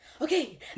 Okay